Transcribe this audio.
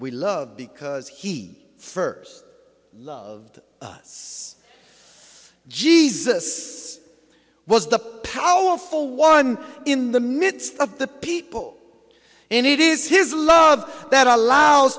we love because he first loved us jesus was the powerful one in the midst of the people and it is his love that allows